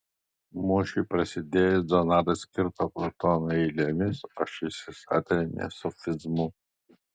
mūšiui prasidėjus donatas kirto platonui eilėmis o šis jas atrėmė sofizmu